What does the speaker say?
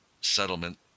settlement